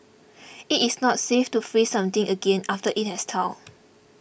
it is not safe to freeze something again after it has thawed